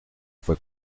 fue